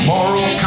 Moral